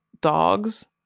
dogs